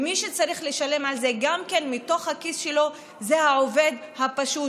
מי שצריך לשלם על זה גם כן מתוך הכיס שלו זה העובד הפשוט,